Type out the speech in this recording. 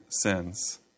sins